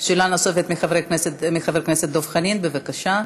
שאלה נוספת לחבר הכנסת דב חנין, בבקשה.